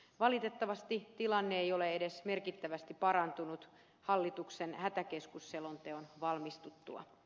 valitettavasti tilanne ei ole edes merkittävästi parantunut hallituksen hätäkeskusselonteon valmistuttua